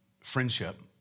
friendship